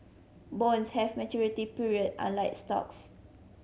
bonds have maturity period unlike stocks